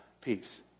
peace